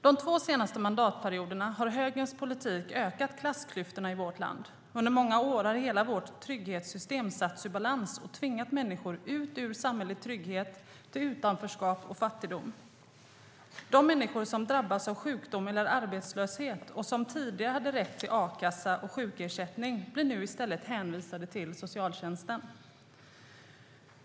De två senaste mandatperioderna har högerns politik ökat klassklyftorna i vårt land. Under många år har hela vårt trygghetssystem satts ur balans och tvingat människor ut ur samhällelig trygghet till utanförskap och fattigdom. De människor som drabbas av sjukdom eller arbetslöshet och som tidigare hade rätt till a-kassa och sjukersättning blir nu i stället hänvisade till socialtjänsten.